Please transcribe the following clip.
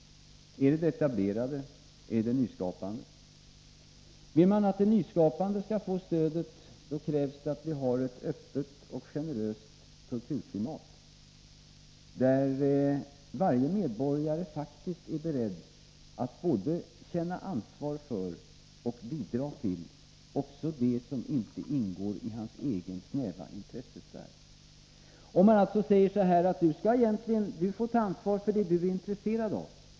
Är det det etablerade eller är det det nyskapande? Vill man att det nyskapande skall få stödet, krävs det att vi har ett öppet och generöst kulturklimat där varje medborgare är beredd att både känna ansvar för och bidra till också det som inte ingår i hans egen snäva intressesfär. Man medverkar till ett ganska snålt kulturklimat om man säger: Du får själv ta ansvar för det du är intresserad av.